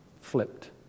flipped